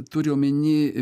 turi omeny